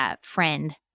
friend –